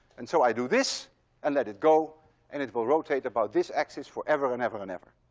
and so i do this and let it go and it will rotate about this axis forever and ever and ever.